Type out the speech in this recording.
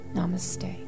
Namaste